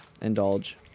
Indulge